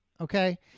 okay